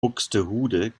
buxtehude